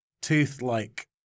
tooth-like